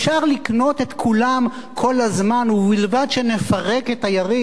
לקנות את כולם כל הזמן ובלבד שנפרק את היריב?